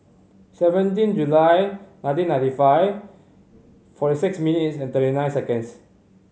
seventeen July nineteen ninety five forty six minutes and thirty nine seconds